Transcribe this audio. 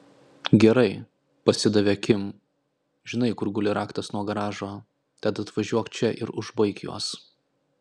gerai pasidavė kim žinai kur guli raktas nuo garažo tad atvažiuok čia ir užbaik juos